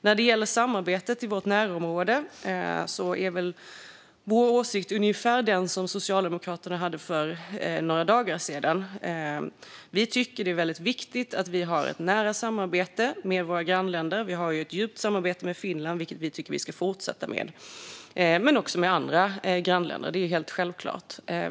När det gäller samarbetet i vårt närområde är väl vår åsikt ungefär den som Socialdemokraterna hade för några dagar sedan. Vi tycker att det är väldigt viktigt att vi har ett nära samarbete med våra grannländer. Vi har ju ett djupt samarbete med Finland, vilket vi tycker att vi ska fortsätta att ha, men också med andra grannländer. Det är helt självklart.